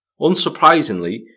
Unsurprisingly